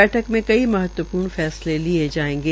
बैठक में कई महत्वपूर्ण फैसले लिये जायेंगे